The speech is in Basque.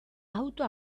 auto